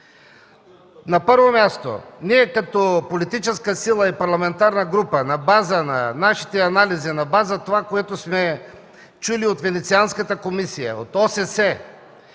На първо място, ние като политическа сила и парламентарна група на база на нашите анализи и това, което сме чули от Венецианската комисия, от ОССЕ,